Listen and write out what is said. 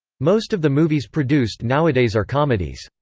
most of the movies produced nowadays are comedies.